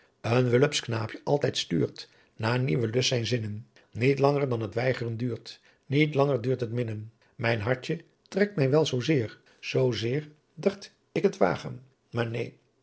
een wullepsch knaapjen altijdt stuurt na nieuwe lust zijn zinnen niet langer dan het weigren duurt niet langer duurt het minnen adriaan loosjes pzn het leven van hillegonda buisman mijn hartje trekt my wel zoo zeer zoo zeer dard ik het waagen maar neen